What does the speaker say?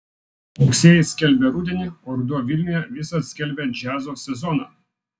rugsėjis skelbia rudenį o ruduo vilniuje visad skelbia džiazo sezoną